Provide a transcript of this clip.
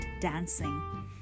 dancing